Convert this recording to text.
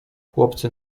chłopcy